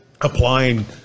applying